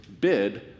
bid